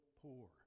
poor